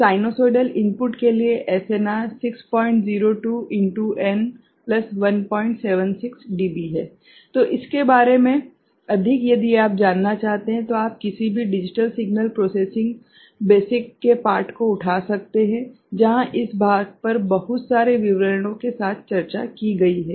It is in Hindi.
साइनसोइडल इनपुट के लिए एसएनआर 602 n 176 डीबी तो इसके बारे मे अधिक यदि आप जानना चाहते हैं तो आप किसी भी डिजिटल सिग्नल प्रोसेसिंग बेसिक के पाठ को उठा सकते हैं जहाँ इस भाग पर बहुत सारे विवरणों के साथ चर्चा की गई है